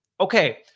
Okay